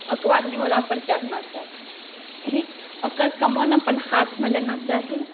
ओकर बाद घोड़ापर चढ़ना चाही ठीक ओकर कमान अपन हाथमे लेना चाही